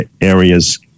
areas